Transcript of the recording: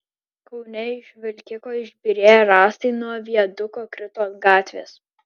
kaune iš vilkiko išbyrėję rąstai nuo viaduko krito ant gatvės